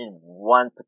one